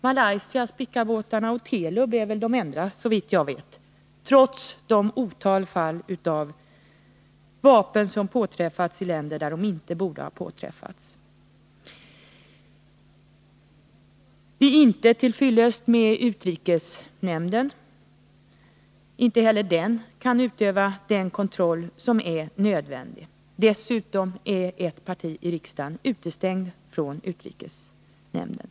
Malaysias Spicabåtar och Telub är de enda ärendena, såvitt jag vet. Ändå har vapen i ett otal fall påträffats i länder där de inte borde ha påträffats. Det är inte till fyllest med utrikesnämnden. Inte heller denna kan utöva den kontroll som är nödvändig. Dessutom är ett riksdagsparti utestängt från utrikesnämnden.